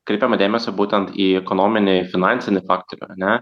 kreipiama dėmesio būtent į konominį finansinį faktorių ane